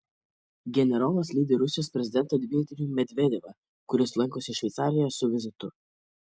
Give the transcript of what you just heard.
generolas lydi rusijos prezidentą dmitrijų medvedevą kuris lankosi šveicarijoje su vizitu